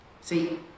See